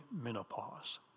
menopause